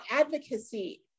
advocacy